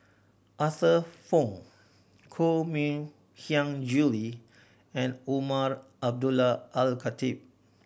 Arthur Fong Koh Mui Hiang Julie and Umar Abdullah Al Khatib